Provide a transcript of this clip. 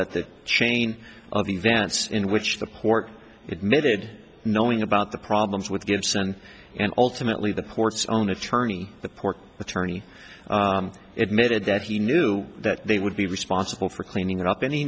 that that chain of events in which the port admitted knowing about the problems with gibson and ultimately the ports own attorney the port attorney admitted that he knew that they would be responsible for cleaning it up any